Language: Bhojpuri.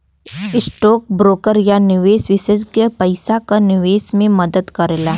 स्टौक ब्रोकर या निवेश विषेसज्ञ पइसा क निवेश में मदद करला